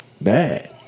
bad